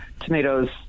tomatoes